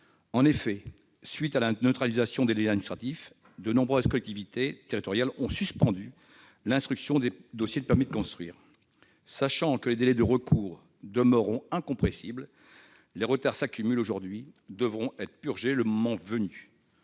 En effet, à la suite de la neutralisation des délais administratifs, de nombreuses collectivités territoriales ont suspendu l'instruction des dossiers de permis de construire. Sachant que les délais de recours demeureront incompressibles, les retards qui s'accumulent aujourd'hui devront être purgés le moment venu.